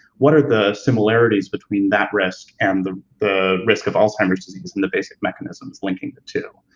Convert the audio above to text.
what are the similarities between that risk and the the risk of alzheimer's disease and the basic mechanisms linking the two?